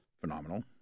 Phenomenal